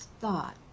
thought